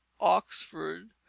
oxford